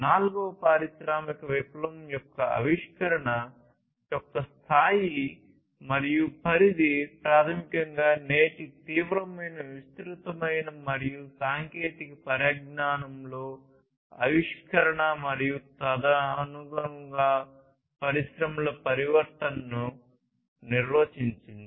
నాల్గవ పారిశ్రామిక విప్లవం యొక్క ఆవిష్కరణ యొక్క స్థాయి మరియు పరిధి ప్రాథమికంగా నేటి తీవ్రమైన విసృతమైన మరియు సాంకేతిక పరిజ్ఞానంలో ఆవిష్కరణ మరియు తదనుగుణంగా పరిశ్రమల పరివర్తనను నిర్వచించింది